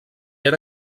era